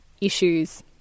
issues